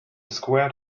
squared